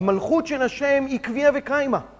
מלכות של ה' היא קביעה וקיימה.